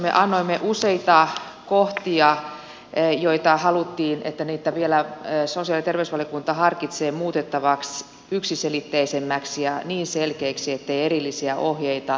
me lausunnossamme annoimme useita kohtia joita haluttiin vielä sosiaali ja terveysvaliokunnan harkitsevan muutettavaksi yksiselitteisemmiksi ja niin selkeiksi ettei erillisiä ohjeita tarvita